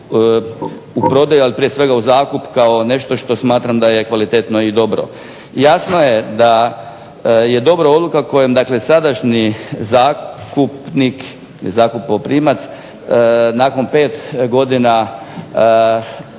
u prodaju, ali prije svega u zakup, kao nešto što smatram da je kvalitetno i dobro. Jasno je da je dobra odluka kojom dakle sadašnji zakupoprimac nakon 5 godina što